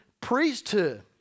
priesthood